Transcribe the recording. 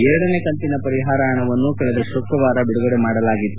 ಎರಡನೇ ಕಂತಿನ ಪರಿಹಾರ ಪಣವನ್ನು ಕಳೆದ ಶುಕ್ರವಾರ ಬಿಡುಗಡೆ ಮಾಡಲಾಗಿತ್ತು